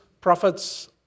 prophets